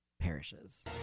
perishes